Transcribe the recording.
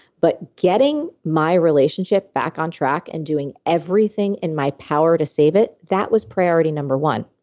but getting my relationship back on track and doing everything in my power to save it, that was priority number one.